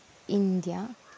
India